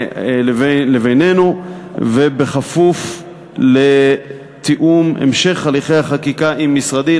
לבינינו ובכפוף לתיאום המשך הליכי החקיקה עם משרדי.